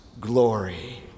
glory